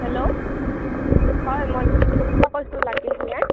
hello হয় মই পৰা কৈছোঁ লাকী ভূঞাই